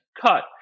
cut